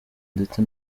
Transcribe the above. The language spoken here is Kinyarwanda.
ndetse